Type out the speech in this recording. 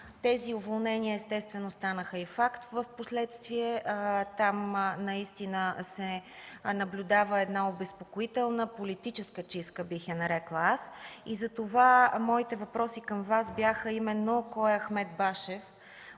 Тези уволнения естествено станаха и факт в последствие. Там наистина се наблюдава обезпокоителна политическа чистка, бих я нарекла. Моите въпроси към Вас бяха: кой е Ахмед Башев